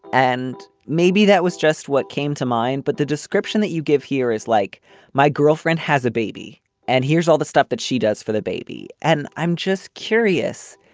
and maybe that was just what came to mind but the description that you give here is like my girlfriend has a baby and here's all the stuff that she does for the baby and i'm just curious.